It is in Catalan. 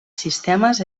sistemes